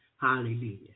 Hallelujah